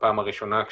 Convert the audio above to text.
אבל בסופו של דבר,